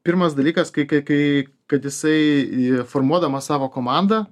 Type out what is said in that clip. pirmas dalykas kai kai kai kad jisai formuodamas savo komandą